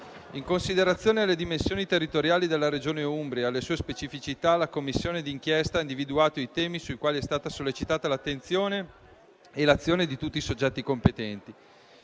in considerazione delle dimensioni territoriali della Regione Umbria e delle sue specificità, la Commissione d'inchiesta ha individuato i temi sui quali è stata sollecitata l'attenzione e l'azione di tutti i soggetti competenti.